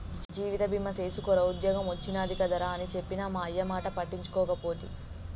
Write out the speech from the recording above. జీవిత బీమ సేసుకోరా ఉద్ద్యోగం ఒచ్చినాది కదరా అని చెప్పిన మా అయ్యమాట పట్టించుకోకపోతి